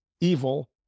evil